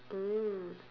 mm